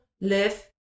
live